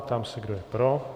Ptám se, kdo je pro.